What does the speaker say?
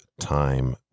time